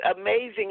amazing